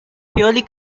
purely